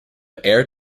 air